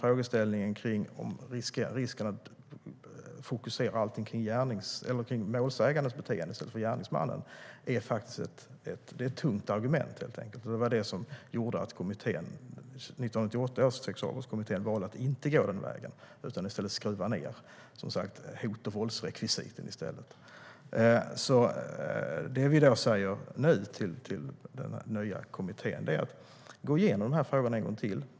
Frågeställningen om att fokusera allt på målsägandens beteende i stället för på gärningsmannen är helt enkelt ett tungt argument. Det var det som gjorde att 1998 års sexualbrottskommitté valde att inte gå den vägen, utan att i stället skruva ned hot och våldsrekvisiten. Det jag nu vill säga till den nya kommittén är: Gå igenom frågorna en gång till!